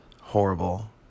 horrible